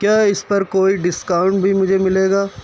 کیا اس پر کوئی ڈسکاؤنٹ بھی مجھے ملے گا